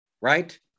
right